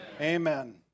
Amen